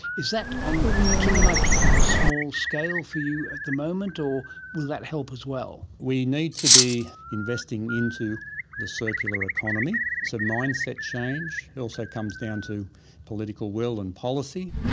is that on too much of a small scale for you at the moment or will that help as well? we need to be investing into the circular economy. economy. so, mindset change. it also comes down to political will and policy.